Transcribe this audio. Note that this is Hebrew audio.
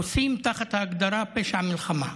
חוסים תחת ההגדרה פשע מלחמה.